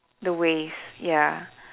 the ways ya